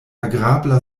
agrabla